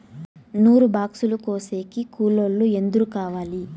నూరు బాక్సులు కోసేకి కూలోల్లు ఎందరు కావాలి?